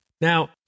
Now